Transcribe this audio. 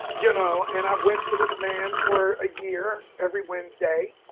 you know, and i went to this man for a year every wednesday